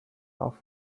off